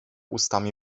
ustami